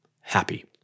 happy